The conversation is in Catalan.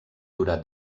durar